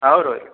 ଆଉ ରହିଲି